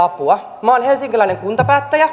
minä olen helsinkiläinen kuntapäättäjä